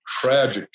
tragic